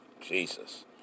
Jesus